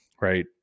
right